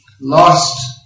lost